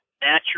natural